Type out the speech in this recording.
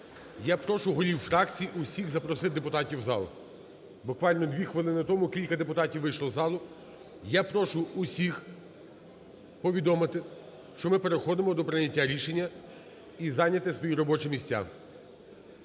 Я прошу голів фракцій усіх запросити депутатів у зал. Буквально дві хвилини тому кілька депутатів вийшло з залу. Я прошу всіх повідомити, що ми переходимо до прийняття рішенні, і зайняти свої робочі місця.